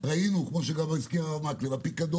כמו שאמר חבר הכנסת מקלב,